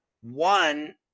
One